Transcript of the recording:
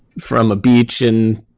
from a beach in